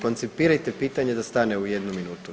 Koncipirajte pitanje da stane u jednu minutu.